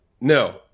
no